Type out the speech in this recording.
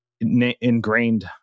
ingrained